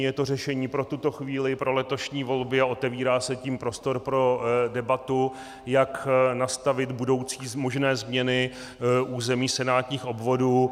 Je to řešení pro tuto chvíli, pro letošní volby, a otevírá se tím prostor pro debatu, jak nastavit budoucí možné změny území senátních obvodů.